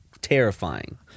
terrifying